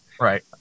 Right